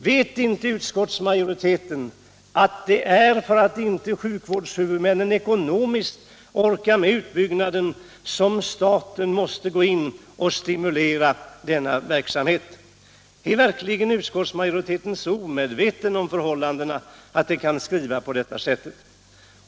Vet inte utskottsmajoriteten att det är för att inte sjukvårdshuvudmännen ekonomiskt orkar med utbyggnaden som staten måste gå in och stimulera denna verksamhet? Är verkligen utskottsmajoriteten så omedveten om förhållandena att den kan skriva på detta sätt?